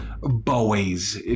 boys